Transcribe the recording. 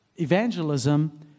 evangelism